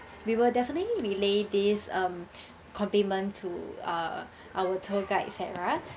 we will definitely relay this um compliment to uh our tour guides sarah